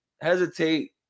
hesitate